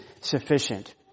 sufficient